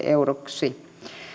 euroksi